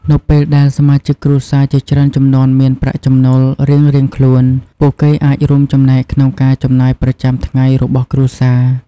នៅពេលដែលសមាជិកគ្រួសារជាច្រើនជំនាន់មានប្រាក់ចំណូលរៀងៗខ្លួន ពួកគេអាចរួមចំណែកក្នុងការចំណាយប្រចាំថ្ងៃរបស់គ្រួសារ។